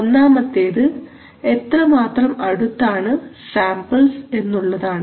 ഒന്നാമത്തേത് എത്രമാത്രം അടുത്താണ് സാമ്പിൾസ് എന്നുള്ളതാണ്